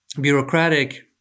bureaucratic